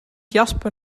jasper